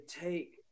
take –